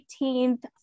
18th